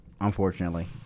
unfortunately